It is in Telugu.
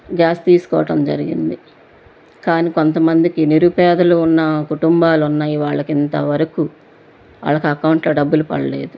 గ్యాస్ తీసుకోవటం జరిగింది కానీ కొంతమందికి నిరుపేదలో ఉన్న కుటుంబాలు ఉన్నాయి వాళ్ళకు ఇంత వరకు వాళ్ళకి అకౌంట్లో డబ్బులు పడలేదు